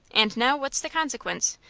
and now what's the consequence?